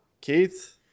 Keith